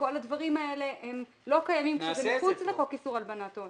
וכל הדברים האלה לא קיימים כי זה מחוץ לחוק איסור הלבנת הון.